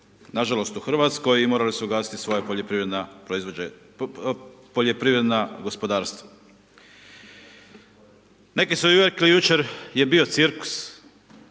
nažalost u Hrvatskoj i morali su ugasiti svoja poljoprivredna gospodarstva. Neki su i rekli, jučer je bio cirkus,